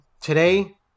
today